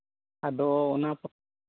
ᱟᱫᱚ ᱚᱱᱟ